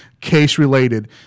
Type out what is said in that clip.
case-related